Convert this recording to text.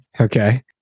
okay